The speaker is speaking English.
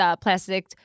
plastic